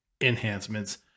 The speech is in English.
enhancements